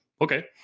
okay